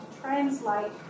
translate